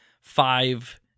five